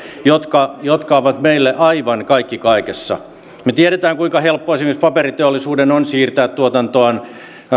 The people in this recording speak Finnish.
jotka jotka ovat meille aivan kaikki kaikessa me tiedämme kuinka helppoa esimerkiksi paperiteollisuuden on siirtää tuotantoaan